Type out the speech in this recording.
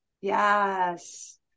Yes